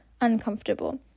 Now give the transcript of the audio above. uncomfortable